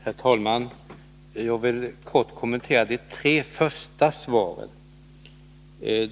Herr talman! Jag vill helt kort kommentera de tre första svaren.